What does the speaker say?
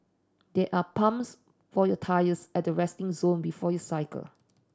there are pumps for your tyres at resting zone before you cycle